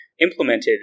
implemented